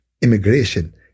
immigration